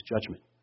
judgment